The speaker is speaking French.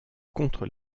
contre